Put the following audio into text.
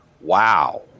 wow